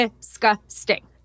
disgusting